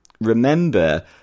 remember